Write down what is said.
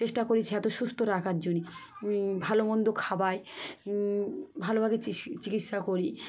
চেষ্টা করি এতো সুস্থ রাখার জন্যই ভালো মন্দ খাওয়াই ভালোভাবে চ চিকিৎসা করি